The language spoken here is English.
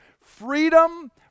freedom